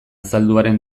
zalduaren